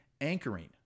Anchoring